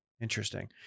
Interesting